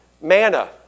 manna